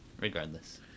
Regardless